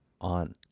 on